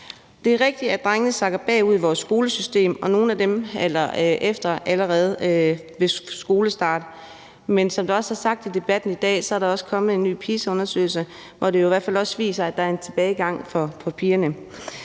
Det er rigtigt, at drenge sakker bagud i vores skolesystem og nogle af dem allerede ved skolestart, men som der også er sagt i debatten i dag, er der også kommet en ny PISA-undersøgelse, hvor det jo i hvert fald også viser sig, at der er en tilbagegang for pigerne.